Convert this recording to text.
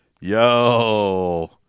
yo